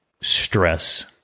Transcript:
stress